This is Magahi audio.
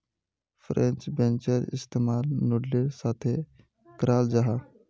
फ्रेंच बेंसेर इस्तेमाल नूडलेर साथे कराल जाहा